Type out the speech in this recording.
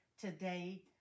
today